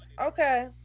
Okay